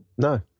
No